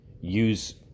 use